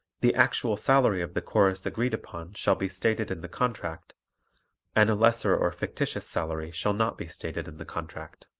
the actual salary of the chorus agreed upon shall be stated in the contract and a lesser or fictitious salary shall not be stated in the contract.